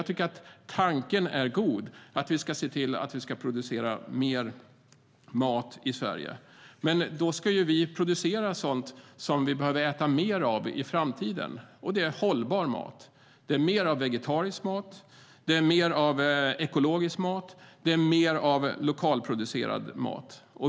Tanken att vi ska se till att producera mer mat i Sverige är god. Men då ska vi producera sådant som vi behöver äta mer av i framtiden, nämligen hållbar mat. Vi behöver mer av vegetarisk mat, ekologisk mat och lokalproducerad mat.